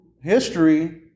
history